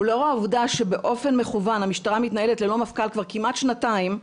ולאור העובדה שבאופן מכוון המשטרה מתנהלת ללא מפכ"ל כבר כמעט שנתיים,